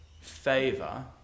favor